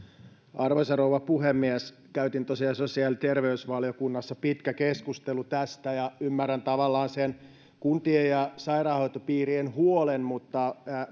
arvoisa rouva puhemies käytiin tosiaan sosiaali ja terveysvaliokunnassa pitkä keskustelu tästä ja tavallaan ymmärrän sen kuntien ja sairaanhoitopiirien huolen mutta